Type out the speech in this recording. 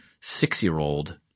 six-year-old